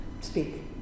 speak